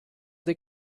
they